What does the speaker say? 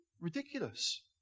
ridiculous